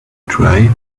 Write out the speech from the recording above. dry